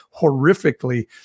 horrifically